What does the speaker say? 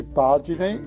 pagine